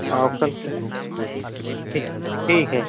औ कल पर ठीक ठीक है